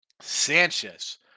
Sanchez